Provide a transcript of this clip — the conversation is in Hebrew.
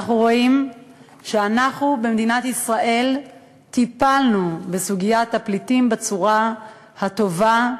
אנחנו רואים שאנחנו במדינת ישראל טיפלנו בסוגיית הפליטים בצורה הטובה,